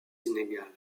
inégale